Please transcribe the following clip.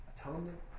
Atonement